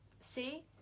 See